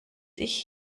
ich